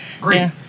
great